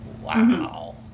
Wow